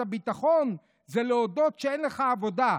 הביטחון' זה להודות שאין לך עבודה,